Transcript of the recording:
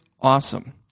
awesome